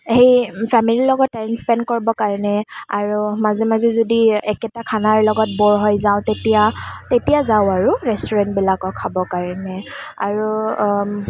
সেই ফেমিলিৰ লগত টাইম স্পেণ্ড কৰিবৰ কাৰণে আৰু মাজে মাজে যদি একেটা খানাৰ লগত ব'ৰ হৈ যাওঁ তেতিয়া তেতিয়া যাওঁ আৰু ৰেষ্টুৰেণ্টবিলাকত খাবৰ কাৰণে আৰু